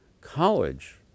college